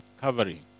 Covering